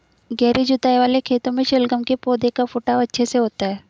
गहरी जुताई वाले खेतों में शलगम के पौधे का फुटाव अच्छे से होता है